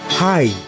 Hi